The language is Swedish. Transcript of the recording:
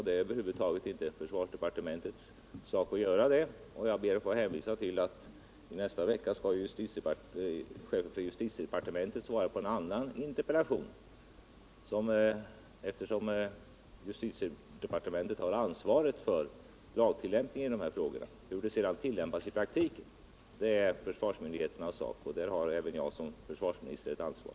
Det är över huvud taget inte försvarsdepartementets sak att göra det. Jag ber också att få hänvisa till att chefen för justitiedepartementet i nästa vecka svarar på en annan interpellation. Justitiedepartementet har ansvaret för lagtillämpningen i de här frågorna. Hur sedan tillämpningen sker i praktiken är försvarsmyndigheternas sak, och där har även jag som försvarsminister ett ansvar.